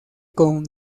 con